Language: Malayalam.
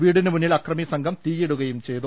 വീടിനുമു ന്നിൽ അക്രമിസംഘം തീയിടുകയും ചെയ്തു